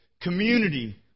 Community